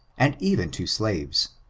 and even to slaves.